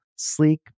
sleek